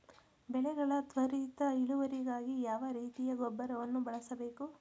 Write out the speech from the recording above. ಬೆಳೆಗಳ ತ್ವರಿತ ಇಳುವರಿಗಾಗಿ ಯಾವ ರೀತಿಯ ಗೊಬ್ಬರವನ್ನು ಬಳಸಬೇಕು?